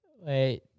Wait